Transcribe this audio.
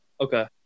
Okay